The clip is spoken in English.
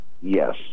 yes